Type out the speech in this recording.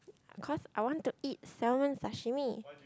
cause I want to eat salmon sashimi